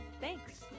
Thanks